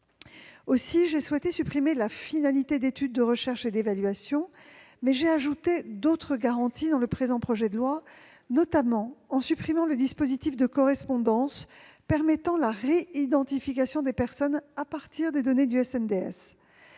Aussi ai-je souhaité supprimer la « finalité d'étude, de recherche ou d'évaluation », mais j'ai ajouté d'autres garanties dans le texte, notamment en supprimant le dispositif de correspondance permettant la réidentification des personnes à partir des données du SNDS.